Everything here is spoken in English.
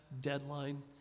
deadline